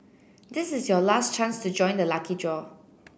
this is your last chance to join the lucky draw